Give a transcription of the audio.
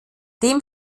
dem